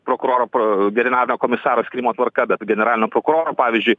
prokuroro pro generalinio komisaro skyrimo tvarka bet generalinio prokuroro pavyzdžiui